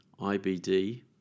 IBD